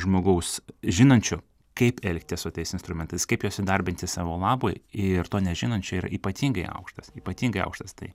žmogaus žinančio kaip elgtis su tais instrumentais kaip juos įdarbinti savo labui ir to nežinančio yra ypatingai aukštas ypatingai aukštas tai